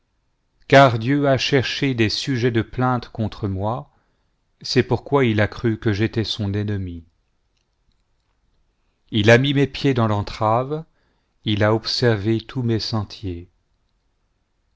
car dieu a cherché des sujets de plainte contre moi c'est pourquoi il a cru que j'étais son ennemi il a mis mes pieds dans l'entrave il a observé tous mes sentiers